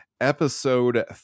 episode